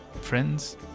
friends